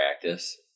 practice